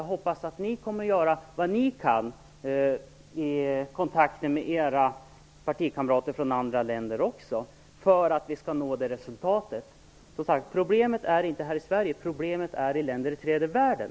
Jag hoppas att ni kommer att göra vad ni kan i kontakter med era partikamrater från andra länder, för att vi skall nå det resultatet. Som sagt, problemet ligger inte här i Sverige. Problemet ligger i länder i tredje världen.